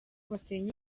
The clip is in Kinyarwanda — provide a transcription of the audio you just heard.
basenya